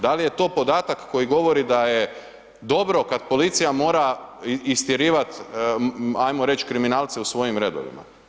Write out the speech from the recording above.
Da li je to podatak koji govori da je dobro kad policija mora istjerivat ajmo reć kriminalce u svojim redovima?